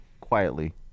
quietly